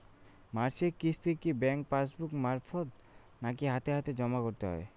মাসিক কিস্তি কি ব্যাংক পাসবুক মারফত নাকি হাতে হাতেজম করতে হয়?